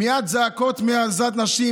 מייד זעקות מעזרת הנשים,